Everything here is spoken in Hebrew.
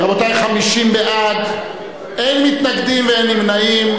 רבותי, 50 בעד, אין מתנגדים ואין נמנעים.